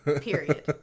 Period